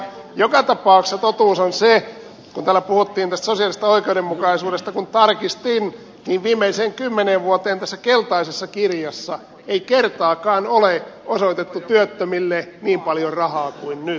joka tapauksessa totuus on se kun täällä puhuttiin tästä sosiaalisesta oikeudenmukaisuudesta että kun tarkistin niin viimeiseen kymmeneen vuoteen tässä keltaisessa kirjassa ei kertaakaan ole osoitettu työttömille niin paljon rahaa kuin nyt